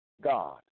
God